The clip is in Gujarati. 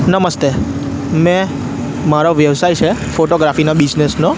નમસ્તે મેં મારો વ્યવસાય છે ફોટોગ્રાફીનો બિસનેસનો